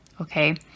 Okay